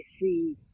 see